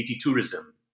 tourism